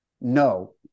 no